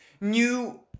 new